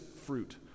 fruit